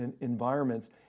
environments